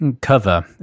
cover